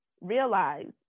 realize